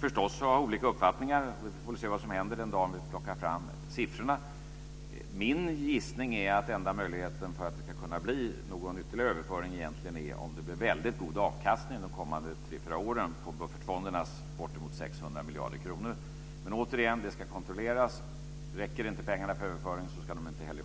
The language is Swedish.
förstås ha olika uppfattningar. Vi får väl se vad som händer den dagen då vi plockar fram siffrorna. Min gissning är att den enda möjligheten att det ska kunna bli någon ytterligare överföring är att det blir en väldigt god avkastning de kommande tre fyra åren på buffertfondernas bortemot 600 miljarder kronor. Men, återigen, det ska kontrolleras. Räcker inte pengarna för överföring ska en sådan inte heller ske.